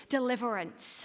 Deliverance